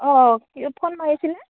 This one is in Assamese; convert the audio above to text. অঁ কি ফোন মাৰিছিলে